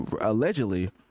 allegedly